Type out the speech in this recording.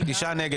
תשעה נגד.